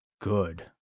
good